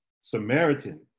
Samaritan